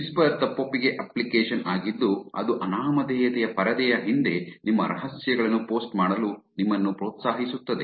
whisper ತಪ್ಪೊಪ್ಪಿಗೆ application ಆಗಿದ್ದು ಅದು ಅನಾಮಧೇಯತೆಯ ಪರದೆಯ ಹಿಂದೆ ನಿಮ್ಮ ರಹಸ್ಯಗಳನ್ನು ಪೋಸ್ಟ್ ಮಾಡಲು ನಿಮ್ಮನ್ನು ಪ್ರೋತ್ಸಾಹಿಸುತ್ತದೆ